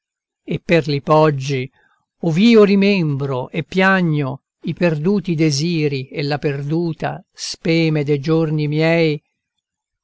e per li poggi ov'io rimembro e piagno i perduti desiri e la perduta speme de giorni miei